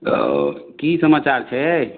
कि समाचार छै